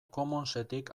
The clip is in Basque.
commonsetik